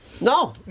No